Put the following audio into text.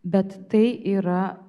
bet tai yra